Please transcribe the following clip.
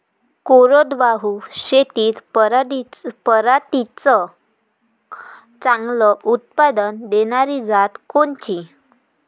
कोरडवाहू शेतीत पराटीचं चांगलं उत्पादन देनारी जात कोनची?